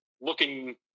looking